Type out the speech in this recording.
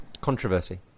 Controversy